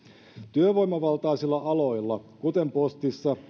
työvoimavaltaisilla aloilla kuten postissa